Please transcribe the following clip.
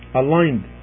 aligned